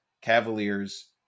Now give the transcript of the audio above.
Cavaliers